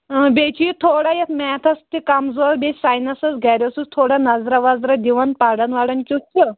اۭں بیٚیہِ چھِ یہِ تھوڑا یَتھ میتھس تہِ کمزور بیٚیہِ ساینَسس گَرِ اوسُس تھوڑا نظرا وظرا دِوَان پران وران کِیُتھ چھُ